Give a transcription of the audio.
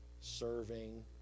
serving